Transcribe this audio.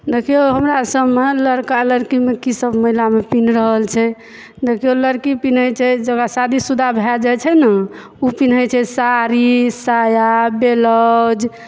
देखिऔ हमरा सभमे लड़का लड़कीमे की सभ मेलामे पिन्ह रहल छै देखिऔ लड़की पीन्है छै शादीशुदा भए जाइ छै न ओ पीन्है छै साड़ी साया ब्लाउज